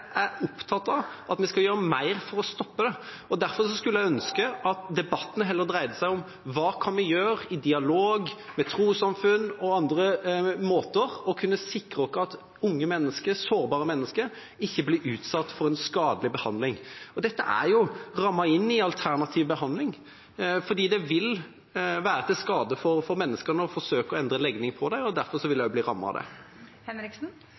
ønske at debatten heller dreide seg om hva vi kan gjøre i dialog med trossamfunn og andre måter å kunne sikre at unge og sårbare mennesker ikke blir utsatt for en skadelig behandling. Dette er jo rammet inn i alternativ behandling, for det vil være til skade for menneskene å forsøke å endre deres legning. Derfor vil det også bli rammet av det. Det åpnes for oppfølgingsspørsmål – først Kari Henriksen. Jeg vet ikke om det var en katt som slapp ut av